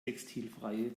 textilfreie